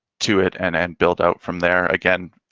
to it and and build out from there again,